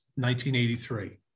1983